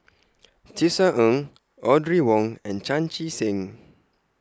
Tisa Ng Audrey Wong and Chan Chee Seng